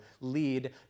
lead